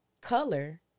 Color